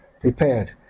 prepared